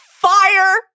Fire